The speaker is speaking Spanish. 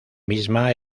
misma